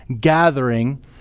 gathering